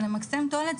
ולמקסם תועלת,